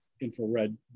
infrared